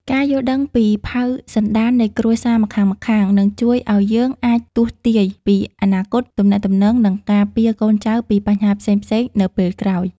ការយល់ដឹងពីផៅសន្តាននៃគ្រួសារម្ខាងៗ នឹងជួយឱ្យយើងអាចទស្សន៍ទាយពីអនាគតទំនាក់ទំនង និងការពារកូនចៅពីបញ្ហាផ្សេងៗនៅពេលក្រោយ។